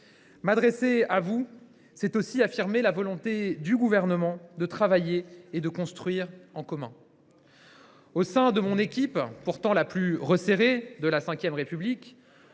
M’adresser à vous, c’est aussi affirmer la volonté du Gouvernement de travailler et de construire en commun. Au sein de mon équipe, pourtant la plus resserrée de la Ve République…